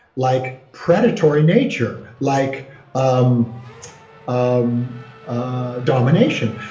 like predatory nature, like um um ah domination,